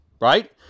Right